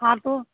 হাঁহটো